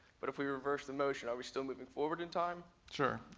but if we reverse the motion, are we still moving forward in time? sure.